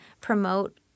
promote